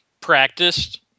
practiced